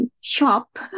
shop